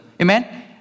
amen